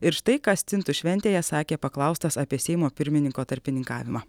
ir štai ką stintų šventėje sakė paklaustas apie seimo pirmininko tarpininkavimą